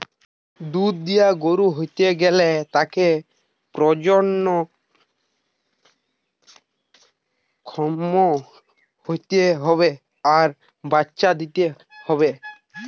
দুধ দিয়া গরু হতে গ্যালে তাকে প্রজনন ক্ষম হতে হবে আর বাচ্চা দিতে হবে